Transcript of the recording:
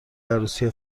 عروسی